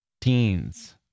teens